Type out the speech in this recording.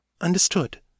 Understood